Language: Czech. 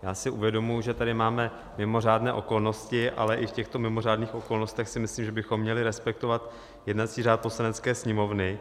Já si uvědomuji, že tady máme mimořádné okolnosti, ale i v těchto mimořádných okolnostech si myslím, že bychom měli respektovat jednací řád Poslanecké sněmovny.